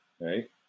right